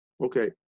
Okay